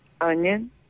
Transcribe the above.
onion